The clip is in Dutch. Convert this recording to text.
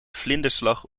vlinderslag